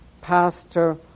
Pastor